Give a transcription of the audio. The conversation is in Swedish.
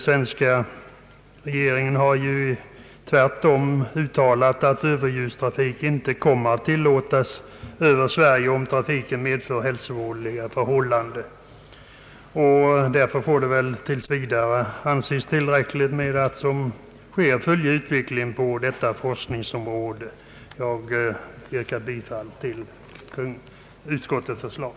Svenska regeringen har tvärtom uttalat att överljudstrafik inte kommer att tillåtas över Sverige, om sådan trafik medför hälsovådliga förhållanden. Därför får det tills vidare anses tillräckligt att som nu sker följa utvecklingen utomlands på detta forskningsområde. Herr talman! Jag yrkar bifall till utskottets förslag.